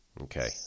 Okay